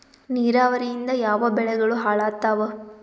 ನಿರಾವರಿಯಿಂದ ಯಾವ ಬೆಳೆಗಳು ಹಾಳಾತ್ತಾವ?